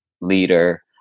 leader